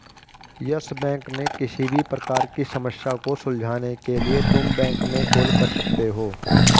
yes Bank में किसी भी प्रकार की समस्या को सुलझाने के लिए तुम बैंक में कॉल कर सकते हो